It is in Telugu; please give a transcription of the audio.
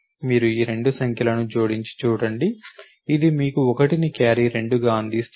మీరు ఈ 2 సంఖ్యలను కూడిక చేసి చూడండి ఇది మీకు 1 ని క్యారీ 2 గా అందిస్తుంది